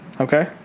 Okay